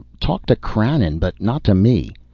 talk to krannon, but not to me.